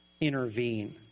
intervene